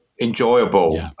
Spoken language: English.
enjoyable